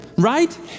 right